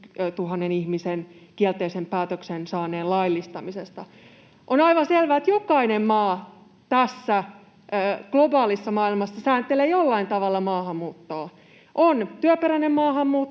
3 000 kielteisen päätöksen saaneen ihmisen laillistamisesta. On aivan selvää, että jokainen maa tässä globaalissa maailmassa sääntelee jollain tavalla maahanmuuttoa. On työperäinen maahanmuutto,